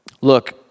Look